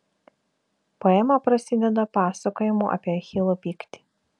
poema prasideda pasakojimu apie achilo pyktį